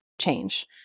change